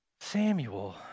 Samuel